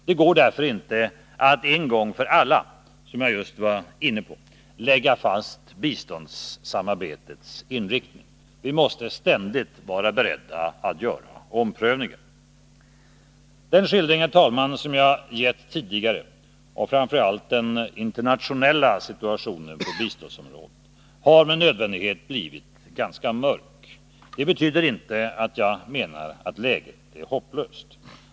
Det går därför inte att — som jag just var inne på — en gång för alla lägga fast biståndssamarbetets inriktning. Vi måste ständigt vara beredda till omprövningar. Den skildring, herr talman, som jag gett tidigare av framför allt den internationella situationen på biståndsområdet har med nödvändighet blivit ganska mörk. Det betyder inte att jag menar att läget är hopplöst.